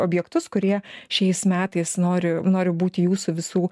objektus kurie šiais metais nori nori būti jūsų visų